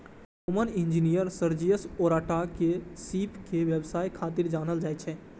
Roman engineer Sergius Orata के सीप के व्यवसाय खातिर जानल जाइ छै